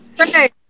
Okay